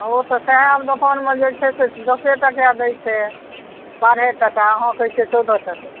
ओ तऽ सहए दोकानमे जे छै से दशे टके दै छै बारहे टका अहाँ कहैत छियै चौदह टके